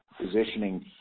positioning